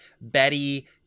Betty